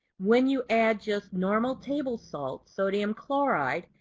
when you add just normal table salt, sodium chloride,